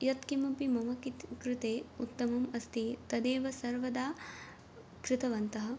यत्किमपि मम कित् कृते उत्तमम् अस्ति तदेव सर्वदा कृतवन्तः